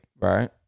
Right